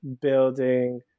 building